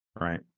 Right